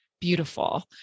beautiful